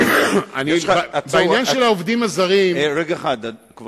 מאחר שיהיה לו